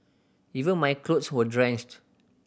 even my clothes were drenched